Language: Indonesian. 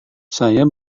saya